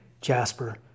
Jasper